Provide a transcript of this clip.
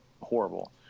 horrible